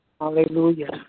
Hallelujah